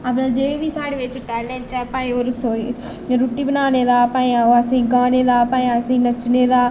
अपना जे बी साढ़े बिच्च टैलंट ऐ भाएं ओह् रसोई रुट्टी बनाने दा भाएं ओह् असें गी गाने दा भांए असें गी नच्चने दा